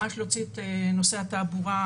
ממש להוציא את נושא התעבורה.